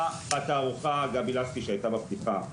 התערוכה גבי לסקי שהייתה בפתיחה,